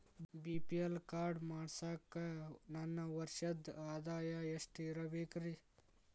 BPL card ಮಾಡ್ಸಾಕ ನನ್ನ ವರ್ಷದ್ ಆದಾಯ ಎಷ್ಟ ಇರಬೇಕ್ರಿ?